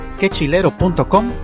quechilero.com